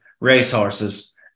racehorses